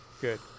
good